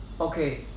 Okay